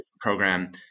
program